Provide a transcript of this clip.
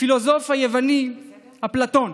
הפילוסוף היווני אפלטון.